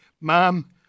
Mom